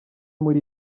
muri